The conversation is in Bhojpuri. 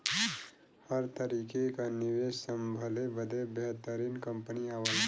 हर तरीके क निवेस संभले बदे बेहतरीन कंपनी आवला